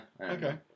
Okay